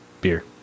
beer